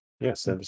yes